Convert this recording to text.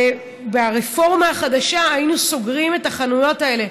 וברפורמה החדשה היינו סוגרים את החנויות האלה,